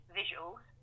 visuals